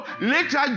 later